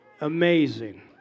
Amazing